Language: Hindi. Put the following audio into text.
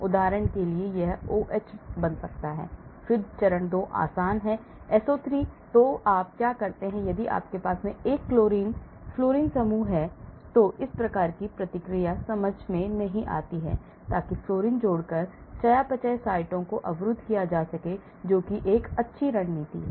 उदाहरण के लिए यह OH बन सकता है फिर चरण 2 आसान है SO3 तो आप क्या करते हैं यदि आपके पास एक फ्लोरीन समूह है तो इस प्रकार की प्रतिक्रिया समझ में नहीं आती है ताकि फ्लोरीन जोड़कर चयापचय साइटों को अवरुद्ध किया जा सके जो एक अच्छी रणनीति है